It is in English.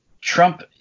trump